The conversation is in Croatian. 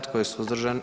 Tko je suzdržan?